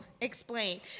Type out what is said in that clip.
explain